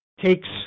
takes